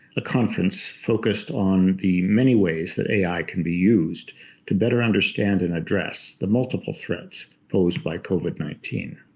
a conference focused on the many ways that ai can be used to better understand and address the multiple threats posed by covid nineteen.